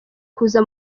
kuza